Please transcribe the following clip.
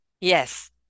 Yes